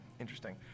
interesting